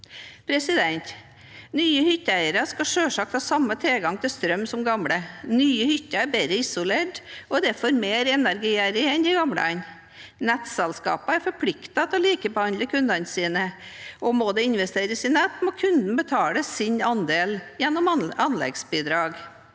Nye hytteeiere skal selvsagt ha samme tilgang til strøm som gamle. Nye hytter er bedre isolert og derfor mer energigjerrige enn de gamle. Nettselskaper er forpliktet til å likebehandle kundene sine, og må det investeres i nett, må kunden betale sin andel gjennom anleggsbidrag.